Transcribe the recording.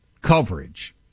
coverage